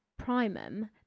primum